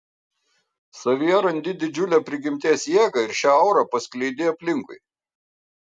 savyje randi didžiulę prigimties jėgą ir šią aurą paskleidi aplinkui